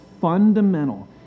fundamental